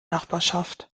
nachbarschaft